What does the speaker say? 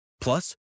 Plus